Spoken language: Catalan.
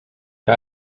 que